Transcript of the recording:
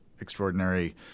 extraordinary